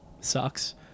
sucks